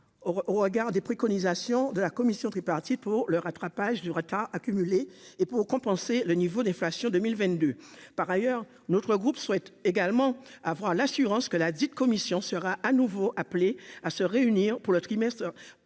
au regard des préconisations de la commission tripartite pour le rattrapage du retard accumulé et pour compenser le niveau d'inflation 2022, par ailleurs, notre groupe souhaite également avoir l'assurance que la dite commission sera à nouveau appelés à se réunir pour le trimestre,